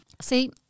See